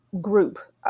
group